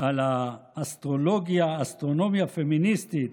על האסטרונומיה הפמיניסטית